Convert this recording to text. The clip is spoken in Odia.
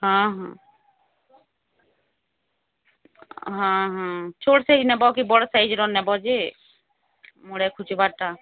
ହଁ ହଁ ହଁ ହଁ ଛୋଟ ସାଇଜ ନେବ କି ବଡ଼ ସାଇଜ ନେବ ଯେ ମୋର ଖୁଯିବାରଟା